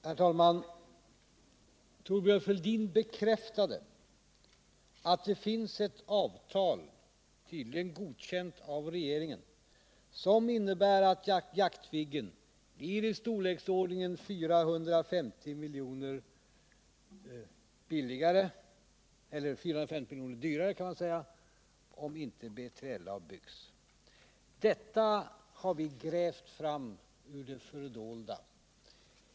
Herr talman! För det första vill jag peka på att Thorbjörn Fälldin bekräftade att det finns ett avtal, tydligen godkänt av regeringen, som innebär att Jaktviggen blir i storleksordningen 450 milj. dyrare, om inte B3LA byggs. Detta har vi grävt fram ur det fördolda.